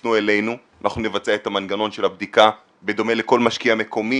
שיפנו אלינו ואנחנו נבצע את המנגנון של הבדיקה בדומה לכל משקיע מקומי.